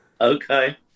Okay